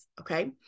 okay